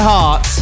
Heart